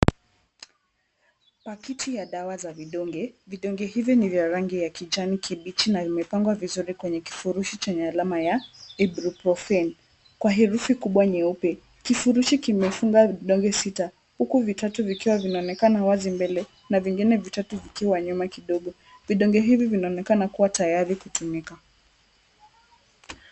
Pakiti ya dawa za vidonge, vidonge hivi ni vya rangi ya kijani kibichi na imefangwa vizuri kwenye kifurushi cha alama ya ibuprofeni, kwa herufi kubwa nyeupe, kifurushi kimeifunga vidonge sita, uko vitatu vikiwa vinaonekana wazi mbele, na vingine vitatu vikiwa wanyama kidogo, vidonge hivi vinaonekana kuwa tayari kutumika.